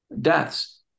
deaths